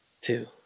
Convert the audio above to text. two